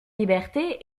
liberté